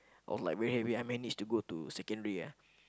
I was like very happy I manage to go to secondary ah